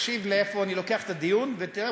תקשיב לאיפה אני לוקח את הדיון ותראה,